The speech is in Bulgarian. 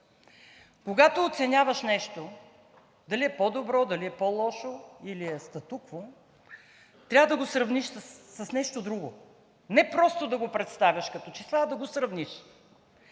Когато оценяваш нещо дали е по-добро, дали е по-лошо, или е статукво трябва да го сравниш с нещо друго, не просто да го представяш като числа, а да го сравниш.